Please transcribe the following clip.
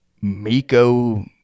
Miko